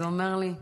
הוא אומר לי: